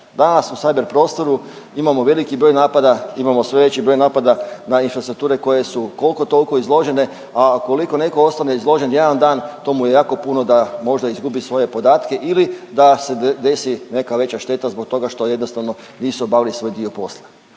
Danas u cyber prostoru imamo veliki broj napada, imamo sve veći broj napada na infrastrukture koje su koliko toliko izložene, a ukoliko netko ostane izložen jedan dan to mu je jako puno da možda izgubi svoje podatke ili da se desi neka veća šteta zbog toga što jednostavno nisu obavili svoj dio posla.